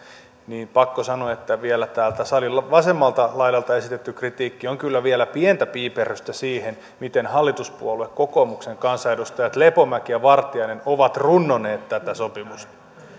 niin pakko sanoa että täältä salin vasemmalta laidalta esitetty kritiikki on kyllä vielä pientä piiperrystä siihen nähden miten hallituspuolue kokoomuksen kansanedustajat lepomäki ja vartiainen ovat runnoneet tätä sopimusta